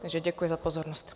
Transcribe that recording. Takže děkuji za pozornost.